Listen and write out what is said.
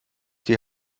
die